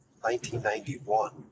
1991